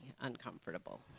uncomfortable